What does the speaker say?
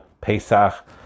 Pesach